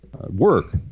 work